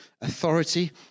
authority